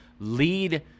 Lead